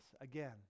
Again